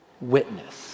witness